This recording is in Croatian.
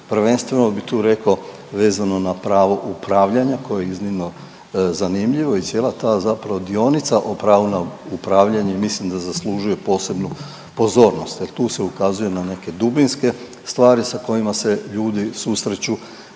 Prvenstveno bi tu rekao vezano na pravo upravljanja koje je iznimno zanimljivo i cijela ta zapravo dionica o pravu na upravljanje, mislim da zaslužuje posebnu pozornost jer tu se ukazuje na neke dubinske stvari sa kojima se ljudi susreću